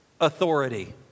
authority